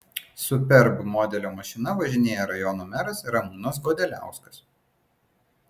superb modelio mašina važinėja rajono meras ramūnas godeliauskas